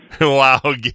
Wow